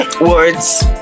words